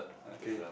okay